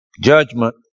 Judgment